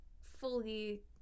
fully